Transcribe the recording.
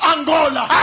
Angola